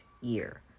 year